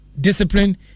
discipline